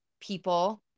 people